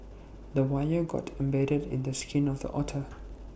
the wire got embedded in the skin of the otter